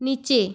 নিচে